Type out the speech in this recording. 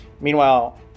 Meanwhile